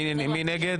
מי נגד?